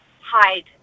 hide